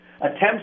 attempts